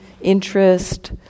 interest